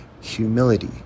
humility